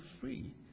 free